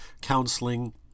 counseling